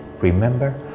Remember